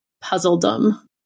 puzzledom